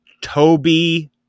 Toby